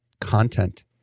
content